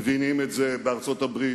מבינים את זה בארצות-הברית,